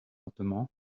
lentement